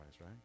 right